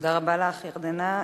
תודה רבה לך, ירדנה.